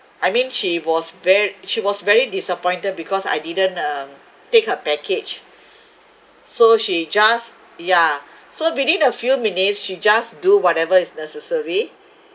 I mean she was ve~ she was very disappointed because I didn't um take her package so she just yeah so within a few minutes she just do whatever is necessary